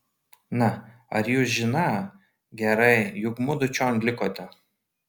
na ar jūs žiną gerai jog mudu čion likote